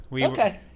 Okay